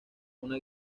una